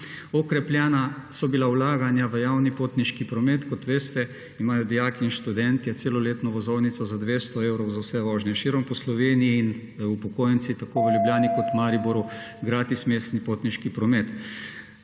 Okrepljena so bila vlaganja v javni potniški promet – kot veste, imajo dijaki in študentje celoletno vozovnico za 200 evrov za vse vožnje širom po Sloveniji in upokojenci tako v Ljubljani kot v Mariboru gratis mestni potniški promet.